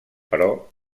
però